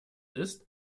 ist